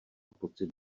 pocit